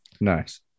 nice